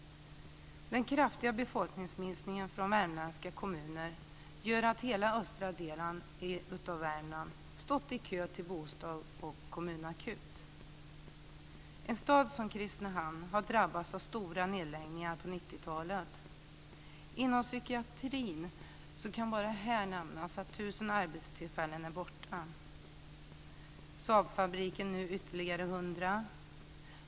Den kraftiga befolkningsminskningen i värmländska kommuner gör att hela östra delen av Värmland har stått i kö till bostadsakuten och kommunakuten. En stad som Kristinehamn drabbades av stora nedläggningar på 1990-talet. Jag kan bara nämna att 1 000 arbetstillfällen inom psykiatrin är borta, och på Saabfabriken försvann nu ytterligare 100.